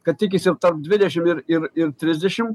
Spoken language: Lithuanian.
kad tikisi tarp dvidešim ir ir ir trisdešim